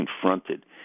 confronted